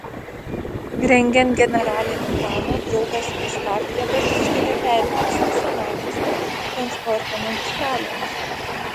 rengiant generalinį planą draugas astafjevas siūlė perkirsti senamiestį transporto magistralėmis